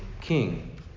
king